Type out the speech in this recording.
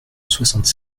soixante